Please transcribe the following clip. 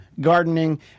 gardening